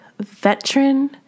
veteran